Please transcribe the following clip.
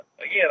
again